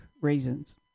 raisins